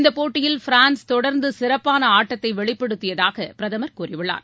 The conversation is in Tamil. இந்தப் போட்டியில் பிரான்ஸ் தொடர்ந்து சிறப்பாள ஆட்டத்தை வெளிப்படுத்தியதாக பிரதமர் கூறியுள்ளார்